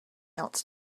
else